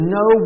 no